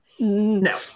no